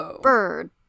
bird